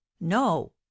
no